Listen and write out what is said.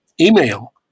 email